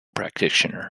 practitioner